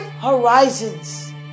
Horizons